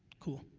cool,